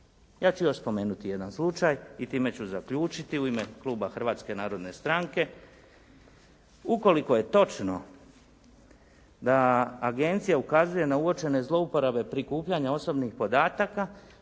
Ja ću još spomenuti jedan slučaj i time ću zaključiti u ime kluba Hrvatske narodne stranke. Ukoliko je točno da agencija ukazuje na uočene zlouporabe prikupljanja osobnih podataka,